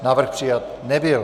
Návrh přijat nebyl.